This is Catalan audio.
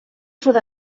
sud